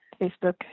Facebook